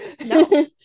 No